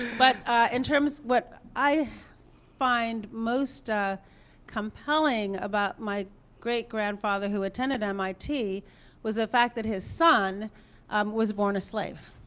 but in terms what i find most ah compelling about my great grandfather who attended mit was the fact that his son was born a slave.